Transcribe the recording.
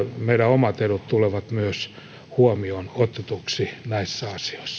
meidän omat etumme tulevat myös huomioon otetuiksi näissä